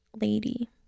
lady